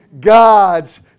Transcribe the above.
God's